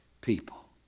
people